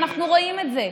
ואנחנו רואים את זה,